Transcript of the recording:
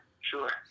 sure